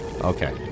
okay